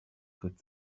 could